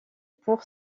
pour